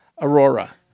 Aurora